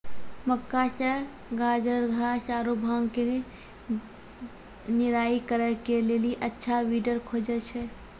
मक्का मे गाजरघास आरु भांग के निराई करे के लेली अच्छा वीडर खोजे छैय?